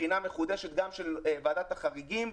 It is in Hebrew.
בחינה מחודשת גם של ועדת החריגים,